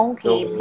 Okay